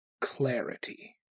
clarity